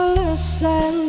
listen